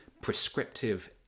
prescriptive